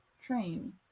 train